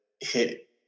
hit